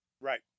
Right